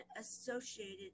associated